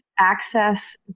access